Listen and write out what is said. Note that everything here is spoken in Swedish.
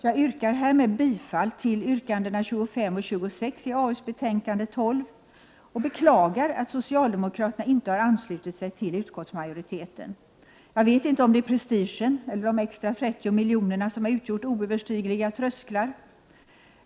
Jag yrkar härmed bifall till utskottets hemställan under mom. 25 och 26 i AU:s betänkande 12 och beklagar att socialdemokraterna inte har anslutit sig till utskottsmajoriteten. Jag vet inte om det är prestigen eller de extra 30 miljonerna som har utgjort oöverstigliga trösklar.